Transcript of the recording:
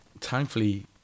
Thankfully